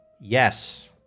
Yes